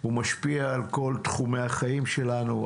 הוא משפיע על כל תחומי החיים שלנו,